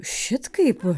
šit kaip